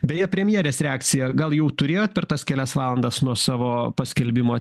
beje premjerės reakcija gal jau turėjot per tas kelias valandas nuo savo paskelbimo